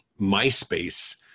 MySpace